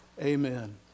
Amen